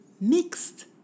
mixed